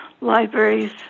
libraries